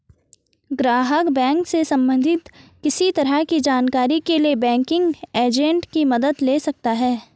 ग्राहक बैंक से सबंधित किसी तरह की जानकारी के लिए बैंकिंग एजेंट की मदद ले सकता है